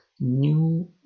new